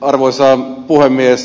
arvoisa puhemies